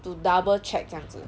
to double check 这样子